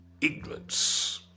ignorance